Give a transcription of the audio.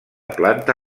planta